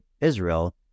Israel